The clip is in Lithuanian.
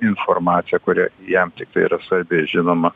informaciją kuri jam tiktai yra svarbi žinoma